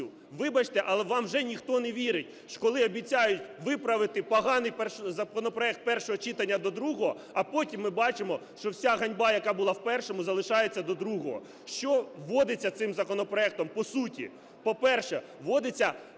вибачте, але вам вже ніхто не вірить, що коли обіцяють виправити поганий законопроект першого читання до другого, а потім ми бачимо, що вся ганьба, яка була в першому, залишається до другого. Що вводиться цим законопроектом, по суті. По-перше, вводиться